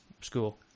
school